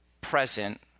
present